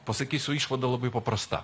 pasakysiu išvada labai paprasta